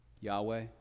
Yahweh